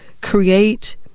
create